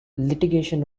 litigation